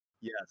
Yes